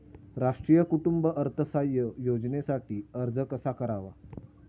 राष्ट्रीय कुटुंब अर्थसहाय्य योजनेसाठी अर्ज कसा करावा?